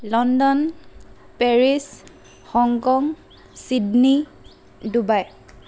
London Paris Hong Kong Sydney Dubai